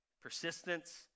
Persistence